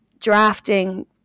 drafting